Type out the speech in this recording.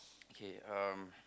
okay um